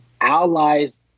allies